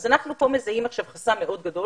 אנחנו עכשיו מזהים כאן חסם מאוד גדול